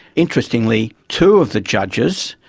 interestingly, two of the judges,